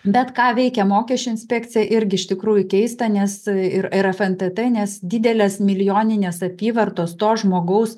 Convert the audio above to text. bet ką veikia mokesčių inspekcija irgi iš tikrųjų keista nes ir fntt tai nes didelės milijoninės apyvartos to žmogaus